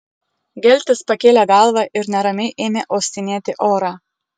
geltis pakėlė galvą ir neramiai ėmė uostinėti orą